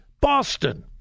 Boston